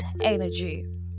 energy